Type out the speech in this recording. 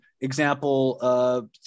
Example